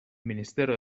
ministero